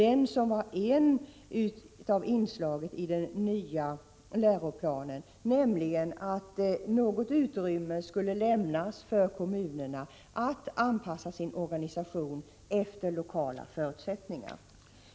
Ett av inslagen i den nya läroplanen var nämligen att något utrymme skulle lämnas för kommunerna att anpassa sin organisation efter lokala förutsättningar.